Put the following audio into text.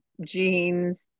jeans